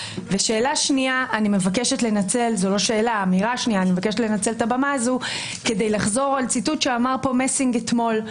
ואני מבקשת לנצל את הבמה הזו כדי לחזור על ציטוט שאמר פה מסינג אתמול.